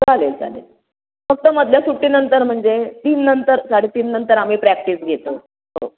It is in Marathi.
चालेल चालेल फक्त मधल्या सुट्टीनंतर म्हणजे तीननंतर साडे तीननंतर आम्ही प्रॅक्टिस घेतो हो